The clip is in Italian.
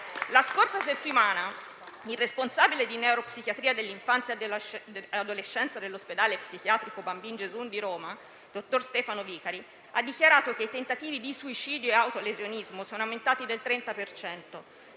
La scorsa settimana il responsabile di neuropsichiatria dell'infanzia e dell'adolescenza dell'ospedale pediatrico «Bambin Gesù» di Roma, il dottor Stefano Vicari, ha dichiarato che i tentativi di suicidio e autolesionismo sono aumentati del 30